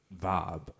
vibe